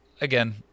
again